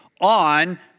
on